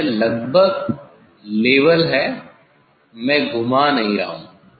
यह लगभग लेवल है मैं घुमा नहीं रहा हूं